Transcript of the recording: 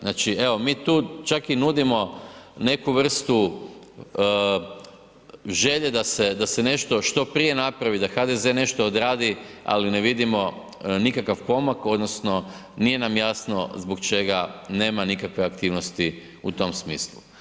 Znači, evo, mi tu čak i nudimo neku vrstu želje da se nešto što prije napravi, da HDZ nešto odradi, ali ne vidimo nikakav pomak odnosno nije nam jasno zbog čega nema nikakve aktivnosti u tom smislu.